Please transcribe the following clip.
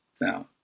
Now